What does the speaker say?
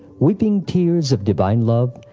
weeping tears of divine love,